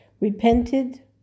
repented